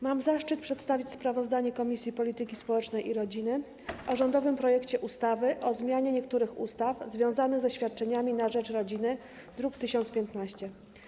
Mam zaszczyt przedstawić sprawozdanie Komisji Polityki Społecznej i Rodziny o rządowym projekcie ustawy o zmianie niektórych ustaw związanych ze świadczeniami na rzecz rodziny, druk nr 1015.